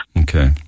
Okay